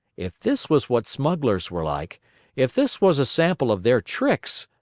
if this was what smugglers were like if this was a sample of their tricks